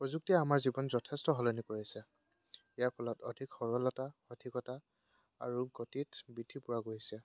প্ৰযুক্তিয়ে আমাৰ জীৱন যথেষ্ট সলনি কৰিছে ইয়াৰ ফলত অধিক সৰলতা সঠিকতা আৰু গতিত বৃদ্ধি পোৱা গৈছে